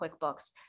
QuickBooks